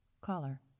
Caller